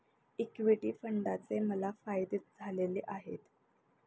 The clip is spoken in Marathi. इक्विटी फंडाचे मला फायदेच झालेले आहेत